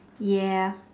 ya